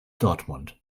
dortmund